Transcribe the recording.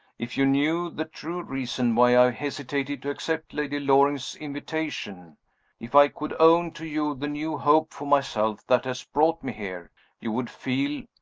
if you knew the true reason why i hesitated to accept lady loring's invitation if i could own to you the new hope for myself that has brought me here you would feel,